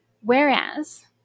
Whereas